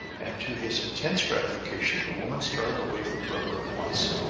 and to his intense gratification the woman started away from the river at once.